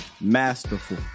masterful